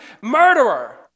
murderer